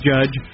Judge